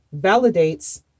validates